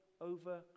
over